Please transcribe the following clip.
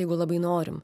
jeigu labai norim